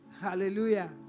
Hallelujah